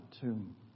tomb